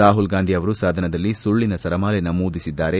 ರಾಮಲ್ ಗಾಂಧಿ ಅವರು ಸದನದಲ್ಲಿ ಸುಳ್ಲನ ಸರಮಾಲೆ ನಮೂದಿಸಿದ್ದಾರೆ